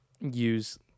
use